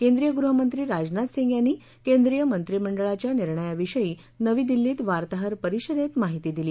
केंद्रीय गृहमंत्री राजनाथ सिंग यांनी केंद्रीय मंत्रिमंडळाच्या निर्णयाविषयी नवी दिल्लीत वार्ताहर परिषदेत आज ही माहिती दिली